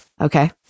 Okay